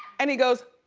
and he goes,